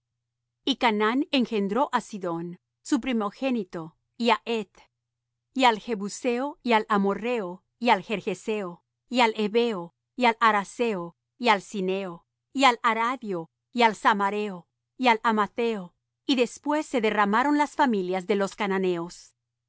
y canaán engendró á sidón su primogénito y á heth y al jebuseo y al amorrheo y al gergeseo y al heveo y al araceo y al sineo y al aradio y al samareo y al amatheo y después se derramaron las familias de los cananeos